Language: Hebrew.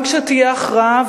גם כשתהיה הכרעה,